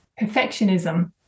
perfectionism